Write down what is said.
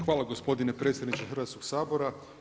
Hvala gospodine predsjedniče Hrvatskog sabora.